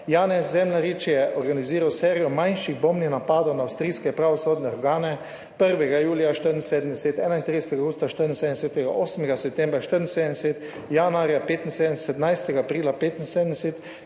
Janez Zemljarič je organiziral serijo manjših bombnih napadov na avstrijske pravosodne organe 1. julija 1974, 31. avgusta 1974, 8. septembra 1974, januarja 1975, aprila 1975,